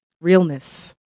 realness